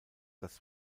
das